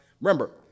Remember